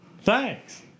thanks